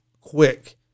quick